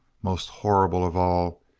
most horrible of all,